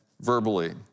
verbally